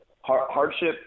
hardship